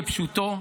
כפשוטו,